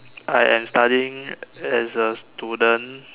I am studying as a student